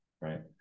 right